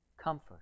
Comfort